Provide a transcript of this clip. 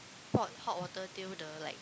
poured hot water till the like